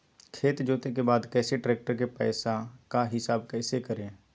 खेत जोते के बाद कैसे ट्रैक्टर के पैसा का हिसाब कैसे करें?